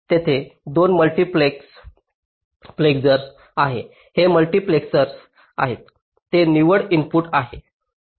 तेथे 2 मल्टीप्लेक्सर्स आहेत हे मल्टीप्लेक्सर आहेत तेथे निवड इनपुट आहे